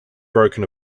broken